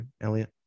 Elliot